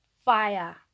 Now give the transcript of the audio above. fire